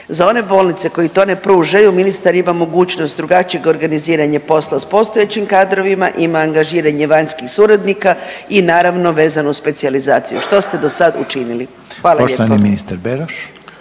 za one bolnice koje to ne pružaju ministar ima mogućnost drugačijeg organiziranja posla s postojećim kadrovima, ima angažiranje vanjskih suradnika i naravno vezano uz specijalizaciju. Što ste do sad učinili? Hvala lijepo.